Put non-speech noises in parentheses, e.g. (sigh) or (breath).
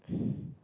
(breath)